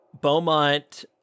Beaumont